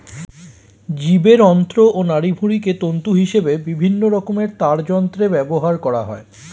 জীবের অন্ত্র ও নাড়িভুঁড়িকে তন্তু হিসেবে বিভিন্ন রকমের তারযন্ত্রে ব্যবহার করা হয়